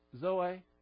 Zoe